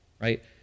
right